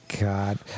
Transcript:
God